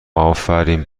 آفرین